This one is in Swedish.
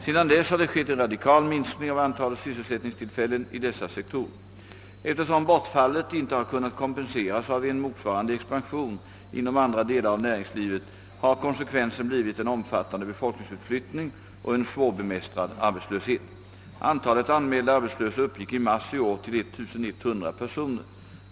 Sedan dess har det skett en radikal minskning av antalet sysselsättningstillfällen i dessa sektorer. Eftersom bortfallet inte har kunnat kompenseras av en motsvarande expansion inom andra delar av näringslivet, har konsekvensen blivit en omfattande befolkningsutflyttning och en svårbemästrad arbetslöshet. Antalet anmälda arbetslösa uppgick i mars i år till 1100 personer.